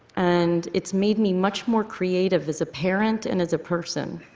and it's made me much more creative as a parent and as a person,